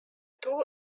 two